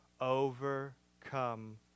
overcome